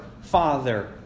father